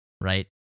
Right